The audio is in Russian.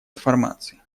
информации